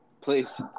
Please